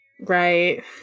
Right